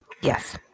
Yes